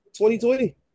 2020